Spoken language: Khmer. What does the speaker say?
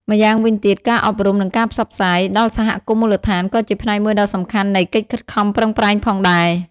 ម្យ៉ាងវិញទៀតការអប់រំ និងការផ្សព្វផ្សាយ ដល់សហគមន៍មូលដ្ឋានក៏ជាផ្នែកមួយដ៏សំខាន់នៃកិច្ចខិតខំប្រឹងប្រែងផងដែរ។